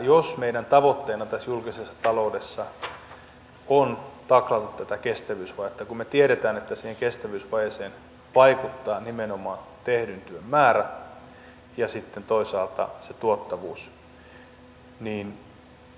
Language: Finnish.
jos meidän tavoitteenamme tässä julkisessa taloudessa on taklata tätä kestävyysvajetta kun me tiedämme että siihen kestävyysvajeeseen vaikuttaa nimenomaan tehdyn työn määrä ja sitten toisaalta se tuottavuus